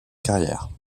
carrière